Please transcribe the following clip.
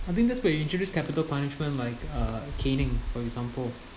I mean that's where introduce capital punishment like uh caning for example